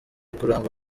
kurangwa